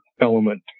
element